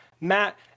Matt